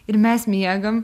ir mes miegam